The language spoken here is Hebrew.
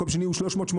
מקום שני הוא 380,